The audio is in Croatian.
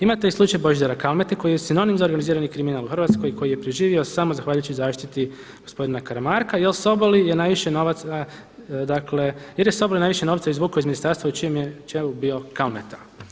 Imate i slučaj Božidara Kalmete koji je sinonim za organizirani kriminal u Hrvatskoj i koji je preživio samo zahvaljujući zaštiti gospodina Karamarka jer Sobol je najviše novca, dakle jer je Sobol najviše novca izvukao iz ministarstva na čijem je čelu bio Kalmeta.